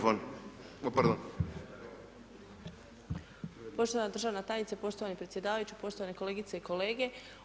Poštovana državna tajnice, poštovani predsjedavajući, poštovane kolegice i kolege.